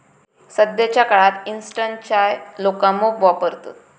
सध्याच्या काळात इंस्टंट चाय लोका मोप वापरतत